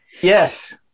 Yes